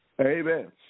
Amen